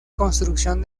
construcción